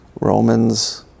Romans